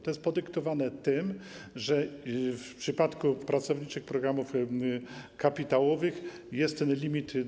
To jest podyktowane tym, że w przypadku pracowniczych programów kapitałowych jest limit.